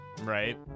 Right